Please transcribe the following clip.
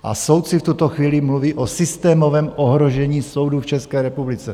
A soudci v tuto chvíli mluví o systémovém ohrožení soudů v České republice.